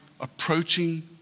approaching